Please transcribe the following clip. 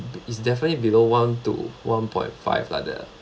it's definitely below one to one point five like that